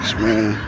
man